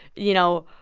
you know,